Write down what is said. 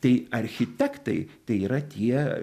tai architektai tai yra tie